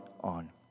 on